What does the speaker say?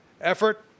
effort